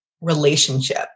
relationship